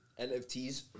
NFTs